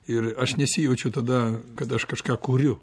ir aš nesijaučiau tada kad aš kažką kuriu